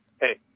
Hey